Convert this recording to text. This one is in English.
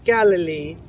Galilee